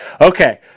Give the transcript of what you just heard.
Okay